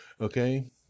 Okay